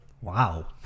Wow